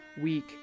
week